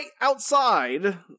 outside